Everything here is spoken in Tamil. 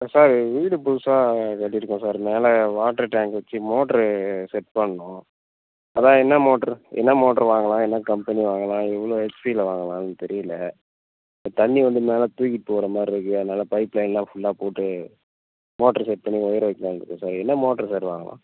ஆ சார் ஒரு வீடு புதுசாக கட்டியிருக்கோம் சார் மேலே வாட்டர் டேங்க் வெச்சி மோட்ரு செட் பண்ணணும் அதான் என்ன மோட்ரு என்ன மோட்ரு வாங்கலாம் என்ன கம்பெனி வாங்கலாம் எவ்வளோ ஹெச்பியில் வாங்கலாம்ன்னு தெரியல தண்ணி வந்து மேலே தூக்கிட்டு போகிற மாதிரி இருக்குது அதனால் பைப் லைன்லாம் ஃபுல்லாக போட்டு மோட்ரு செட் பண்ணி ஒயரு வைக்கலானு இருக்கேன் சார் என்ன மோட்ரு சார் வாங்கலாம்